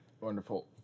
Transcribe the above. Wonderful